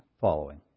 following